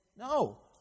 No